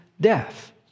death